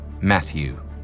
Matthew